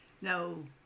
No